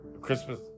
Christmas